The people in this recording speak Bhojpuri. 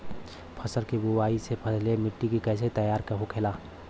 फसल की बुवाई से पहले मिट्टी की कैसे तैयार होखेला?